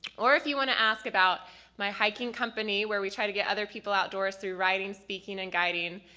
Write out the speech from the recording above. or if you want to ask about my hiking company, where we try to get other people outdoors through writing, speaking and guiding.